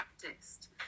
practiced